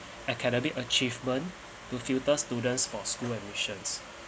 academic achievement to filter students for school admissions